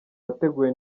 wateguwe